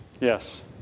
Yes